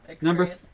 Number